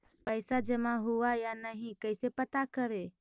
पैसा जमा हुआ या नही कैसे पता करे?